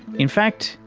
in fact,